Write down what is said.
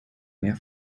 mehr